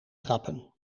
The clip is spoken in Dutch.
trappen